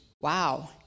wow